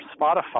Spotify